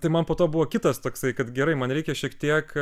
tai man po to buvo kitas toksai kad gerai man reikia šiek tiek